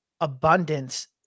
abundance